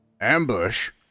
Ambush